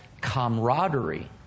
camaraderie